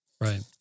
Right